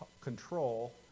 control